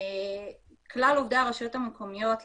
כלל עובדי הרשויות המקומיות,